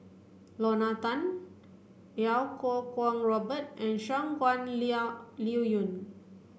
Lorna Tan Iau Kuo Kwong Robert and Shangguan Liuyun